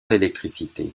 l’électricité